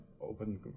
open